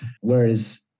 whereas